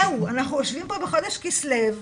זהו, אנחנו יושבים פה בחודש כסליו,